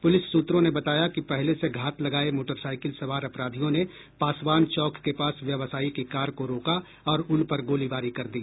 police सूत्रों ने बताया कि पहले से घात लगाये मोटरसाईकिल सवार अपराधियों ने पासवान चौक के पास व्यवसायी की कार को रोका और उनपर गोलीबारी कर दी